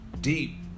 deep